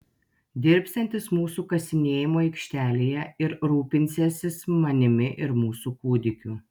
dirbsiantis mūsų kasinėjimų aikštelėje ir rūpinsiąsis manimi ir mūsų kūdikiu